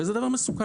וזה דבר מסוכן.